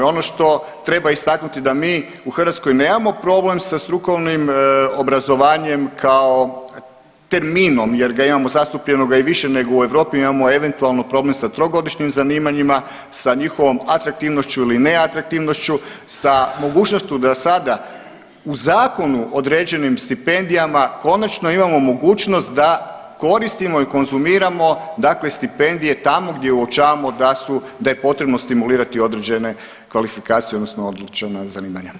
Ono što treba istaknuti da mi u Hrvatskoj nemamo problem sa strukovnim obrazovanjem kao terminom jer ga imamo zastupljenoga i više nego u Europi, imamo eventualno problem sa trogodišnjim zanimanjima, sa njihovom atraktivnošću ili neatraktivnošću, sa mogućnošću da sada u zakonu određenim stipendijama konačno imamo mogućnost da koristimo i konzumiramo dakle stipendije tamo gdje uočavamo da su, da je potrebno stimulirati određene kvalifikacije, odnosno određene zanimanja.